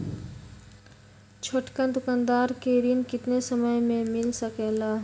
छोटकन दुकानदार के ऋण कितने समय मे मिल सकेला?